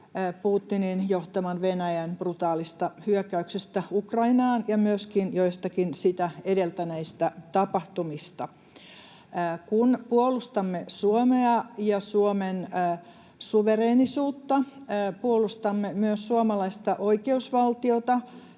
Putinin johtaman Venäjän brutaalista hyökkäyksestä Ukrainaan ja myöskin joistakin sitä edeltäneistä tapahtumista. Kun puolustamme Suomea ja Suomen suvereenisuutta, puolustamme myös suomalaista oikeusvaltiota,